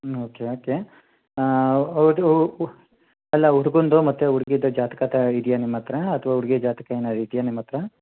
ಹ್ಞೂ okay okay ಅದು ಅಲ್ಲ ಹುಡ್ಗಂದು ಮತ್ತು ಹುಡ್ಗಿದು ಜಾತಕ ತಾ ಇದೆಯಾ ನಿಮ್ಮ ಹತ್ರ ಅಥವಾ ಹುಡ್ಗಿ ಜಾತಕ ಏನಾರು ಇದೆಯಾ ನಿಮ್ಮ ಹತ್ರ